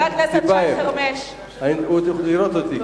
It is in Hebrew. הייתי רוצה שתהיה תחרות בשירות שהאזרחים מקבלים משירות 144,